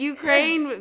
Ukraine